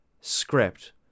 Script